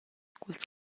culs